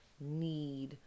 need